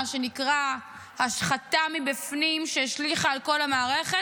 מה שנקרא השחתה מבפנים שהשליכה על כל המערכת,